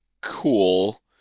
cool